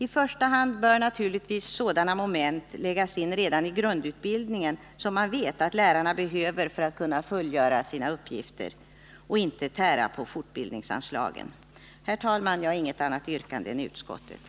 I första hand bör naturligtvis sådana moment som man vet att lärarna behöver för att kunna fullgöra sina uppgifter läggas in redan i grundutbildningen så att man inte tär på fortbildningsanslagen. Herr talman! Jag har inget annat yrkande än utskottets.